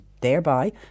thereby